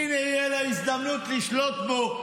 הינה, תהיה לה הזדמנות לשלוט בו.